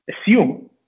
assume